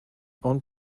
owned